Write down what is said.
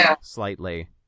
slightly